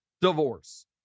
Divorce